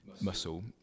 muscle